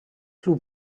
flew